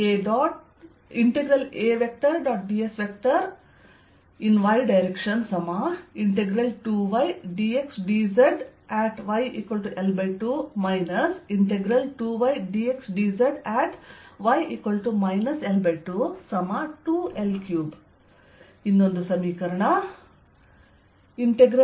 ds|y direction2ydxdz|yL2 2ydxdz|y L22L3 A